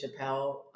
Chappelle